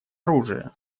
оружия